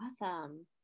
Awesome